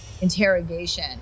interrogation